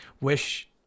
wish